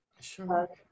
Sure